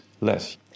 less